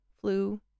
flu